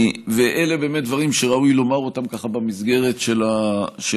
אלה באמת דברים שראוי לומר אותם במסגרת של הדיון.